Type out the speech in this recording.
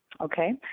okay